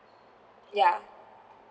yeah